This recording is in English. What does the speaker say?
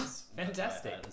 Fantastic